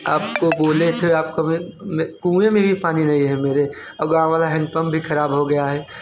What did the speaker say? आप को बोले थे आप को भी मैं कुएं में ही पानी नहीं है मेरे और गाँव वाला हैंडपंप भी खराब हो गया है